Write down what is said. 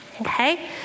okay